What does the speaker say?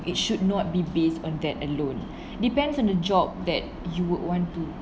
it should not be based on that alone depends on the job that you would want to